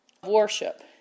worship